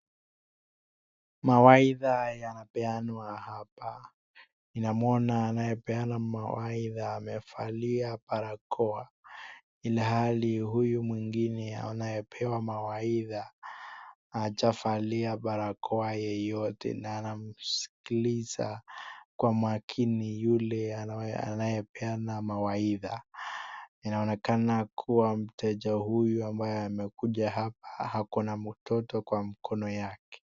Mawaidha yanapeanwa hapa. Ninamuona anayepeana mawaidha amevalia barakoa ilhali huyu mwingine anayepewa mawaidha hajavalia barakoa yeyote na anamsikiliza kwa makini yule anayepeana mawaidha. Inaonekana kuwa mteja huyu ambaye amekuja hapa akona mtoto kwa mkono yake.